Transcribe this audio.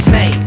Say